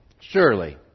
Surely